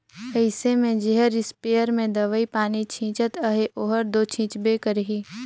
अइसे में जेहर इस्पेयर में दवई पानी छींचत अहे ओहर दो छींचबे करही